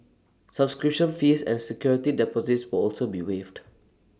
subscription fees and security deposits will also be waived